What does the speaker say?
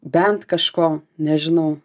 bent kažko nežinau